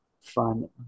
fun